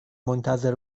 منتظر